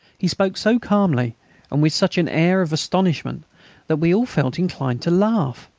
he spoke so calmly and with such an air of astonishment that we all felt inclined to laugh.